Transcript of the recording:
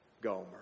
Gomer